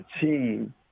team